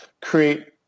create